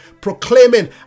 proclaiming